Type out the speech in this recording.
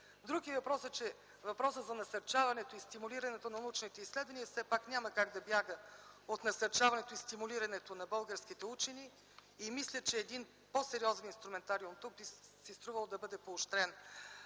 Друг е въпросът, че насърчаването и стимулирането на научните изследвания все пак няма как да бяга от насърчаването и стимулирането на българските учени. Мисля, че един по-сериозен инструментариум тук би си струвало да бъде поощрен.